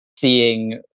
seeing